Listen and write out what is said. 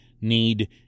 need